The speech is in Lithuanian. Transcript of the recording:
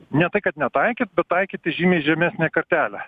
ne tai kad netaikyt bet taikyti žymiai žemesnę kartelę